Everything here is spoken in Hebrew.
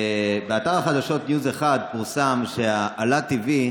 באתר החדשות news 1 פורסם שהלא TV,